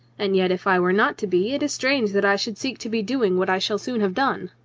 and yet if i were not to be, it is strange that i should seek to be doing what i shall soon have done.